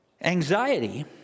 Anxiety